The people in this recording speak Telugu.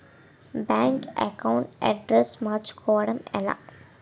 బ్యాంక్ అకౌంట్ అడ్రెస్ మార్చుకోవడం ఎలా?